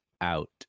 out